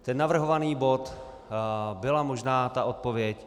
Tento navrhovaný bod byla možná ta odpověď.